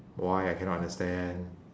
why I cannot understand